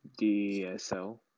DSL